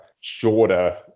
shorter